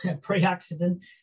pre-accident